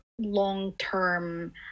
long-term